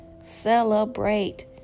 Celebrate